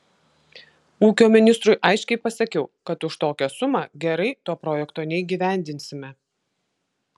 ūkio ministrui aiškiai pasakiau kad už tokią sumą gerai to projekto neįgyvendinsime